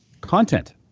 content